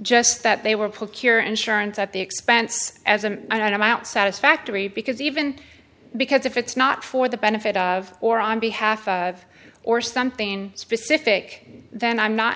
just that they were put cure ensurance at the expense as an item out satisfactory because even because if it's not for the benefit of or on behalf of or something specific then i'm not